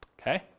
okay